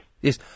Yes